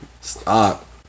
stop